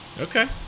Okay